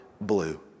blue